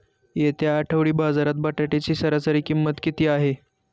येत्या आठवडी बाजारात बटाट्याची सरासरी किंमत किती आहे?